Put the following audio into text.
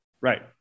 Right